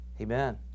amen